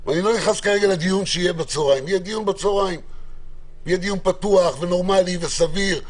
ואני לא נכנס לדיון שיהיה בצהריים ויהיה דיון נורמלי ופתוח,